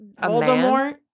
Voldemort